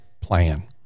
plan